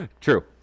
True